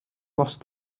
lost